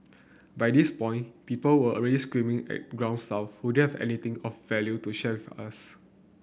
by this point people were already screaming at ground staff who have anything of value to share with us